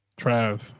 Trav